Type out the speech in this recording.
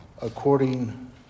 according